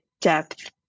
depth